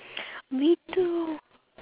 me too